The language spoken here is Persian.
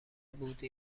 بودی